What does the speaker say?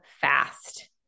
fast